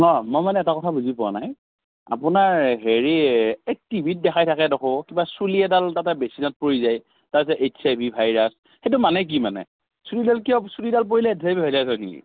মই মানে এটা কথা বুজি পোৱা নাই আপোনাৰ হেৰি এই টিভিত দেখাই থাকে দেখো কিবা চুলি এডাল তাতে বিচনাত পৰি যায় তাৰ পিছত এইচ আই ভি ভাইৰাছ এইটো মানে কি মানে চুলিডাল কিয় চুলিডাল পৰিলে এইচ আই ভি হয় যায় গৈ নেকি